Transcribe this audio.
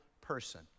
person